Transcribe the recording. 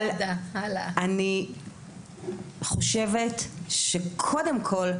אני חושבת שקודם כל,